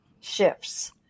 shifts